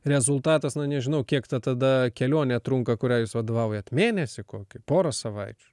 rezultatas na nežinau kiek ta tada kelionė trunka kuriai jūs vadovaujat mėnesį kokį porą savaičių